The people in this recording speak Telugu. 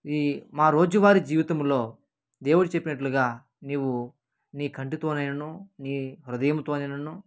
ఈ మా రోజువారి జీవితంలో దేవుడు చెప్పినట్లుగా నీవు నీ కంటితోనైనను నీ హృదయంతోనైనను